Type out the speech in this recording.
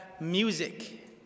music